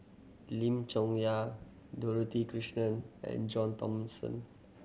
Lim Chong Yah Dorothy Krishnan and John Thomson